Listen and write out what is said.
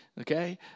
Okay